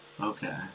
Okay